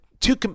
Two